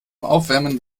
aufwärmen